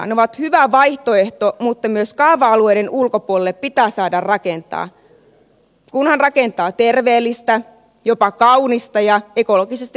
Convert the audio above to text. ne ovat hyvä vaihtoehto mutta myös kaava alueiden ulkopuolelle pitää saada rakentaa kunhan rakentaa terveellistä jopa kaunista ja ekologisesti kestävää